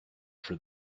for